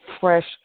fresh